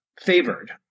favored